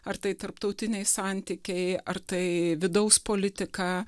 ar tai tarptautiniai santykiai ar tai vidaus politika